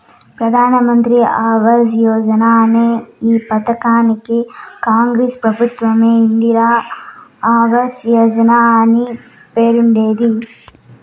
ప్రధాన్ మంత్రి ఆవాస్ యోజన అనే ఈ పథకానికి కాంగ్రెస్ ప్రభుత్వంలో ఇందిరా ఆవాస్ యోజన అనే పేరుండేది